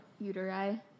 Uteri